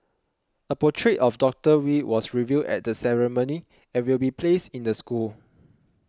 a portrait of Doctor Wee was revealed at the ceremony and will be placed in the school